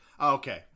Okay